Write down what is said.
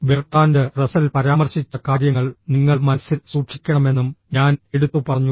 Bertrand Russell പരാമർശിച്ച കാര്യങ്ങൾ നിങ്ങൾ മനസ്സിൽ സൂക്ഷിക്കണമെന്നും ഞാൻ എടുത്തുപറഞ്ഞു